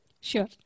Sure